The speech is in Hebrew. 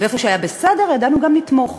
ואיפה שהיה בסדר, ידענו גם לתמוך.